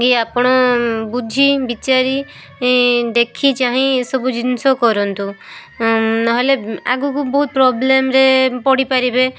ଇଏ ଆପଣ ବୁଝି ବିଚାରି ଦେଖି ଚାହିଁ ଏସବୁ ଜିନିଷ କରନ୍ତୁ ନହେଲେ ଆଗକୁ ବହୁତ ପ୍ରୋବ୍ଲମ୍ରେ ପଡ଼ିପାରିବେ